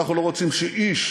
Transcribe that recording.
אנחנו לא רוצים שאיש,